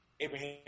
Abraham